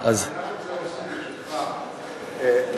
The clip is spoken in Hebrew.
אז, ברשותך,